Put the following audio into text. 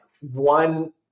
one